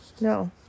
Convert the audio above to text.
No